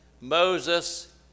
Moses